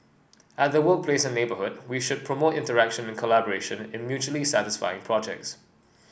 at the workplace and neighbourhood we should promote interaction and collaboration in mutually satisfying projects